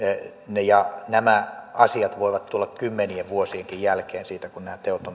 nämä asiat voivat tulla kymmenienkin vuosien jälkeen siitä kun nämä teot